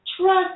trust